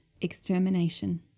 extermination